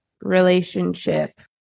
relationship